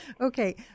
Okay